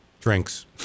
drinks